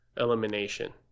elimination